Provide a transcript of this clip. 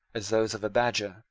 as those of a badger,